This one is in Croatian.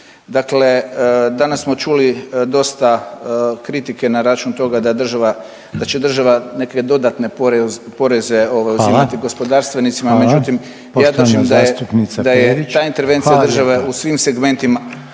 Dakle, danas smo čuli dosta kritike na račun toga da država, da će država neke dodatne poreze uzimati gospodarstvenicima. …/Upadica Reiner: Hvala./… Međutim, ja držim da je ta intervencija države u svim segmentima